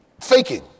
faking